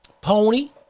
Pony